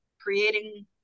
creating